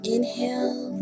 Inhale